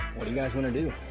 what do you guys want to do?